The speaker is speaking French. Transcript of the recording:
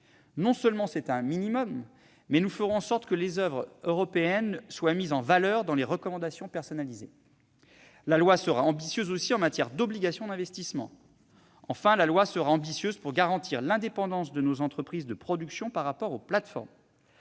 Non seulement c'est un minimum, mais nous ferons en sorte que les oeuvres européennes soient mises en valeur dans les recommandations personnalisées. La loi sera ambitieuse aussi en matière d'obligations d'investissement. Enfin, elle le sera pour garantir l'indépendance de nos entreprises de production par rapport aux plateformes.